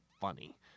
funny